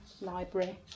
Library